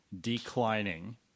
declining